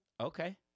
Okay